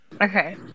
Okay